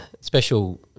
special